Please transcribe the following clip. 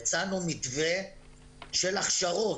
הצענו מתווה של הכשרות,